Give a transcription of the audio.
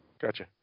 Gotcha